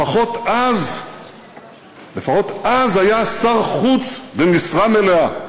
לפחות אז היה שר חוץ במשרה מלאה.